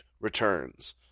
Returns